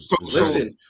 Listen